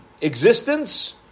existence